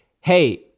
Hey